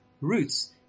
roots